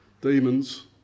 demons